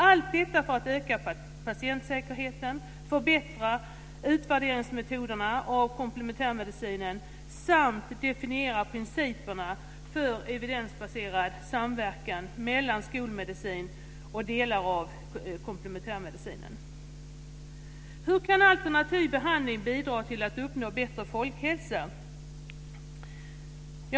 Allt detta för att öka patientsäkerheten, förbättra utvärderingsmetoderna av komplementärmedicinen samt definiera principerna för evidensbaserad samverkan mellan skolmedicin och delar av komplementärmedicinen. Hur kan alternativ behandling bidra till att uppnå bättre folkhälsa?